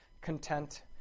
content